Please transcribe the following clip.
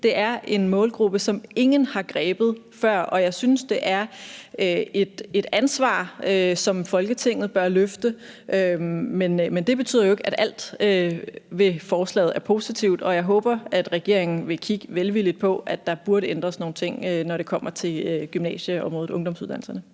det er en målgruppe, som ingen har grebet før. Jeg synes, det er et ansvar, som Folketinget bør løfte. Men det betyder jo ikke, at alt ved forslaget er positivt, og jeg håber, at regeringen vil kigge velvilligt på, at der burde ændres nogle ting, når det kommer til gymnasieområdet og ungdomsuddannelserne.